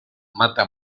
mata